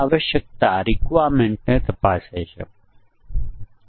પ્રથમ વસ્તુ વેરિયેબલ્સ ક્યાં છે તે ઓળખવા પડશે